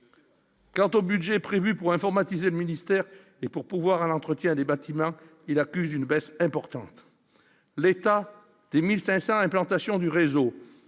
Quant au budget prévu pour informatiser ministère et pour pouvoir à l'entretien des bâtiments, il accuse une baisse importante, l'état des 1500 implantation du réseau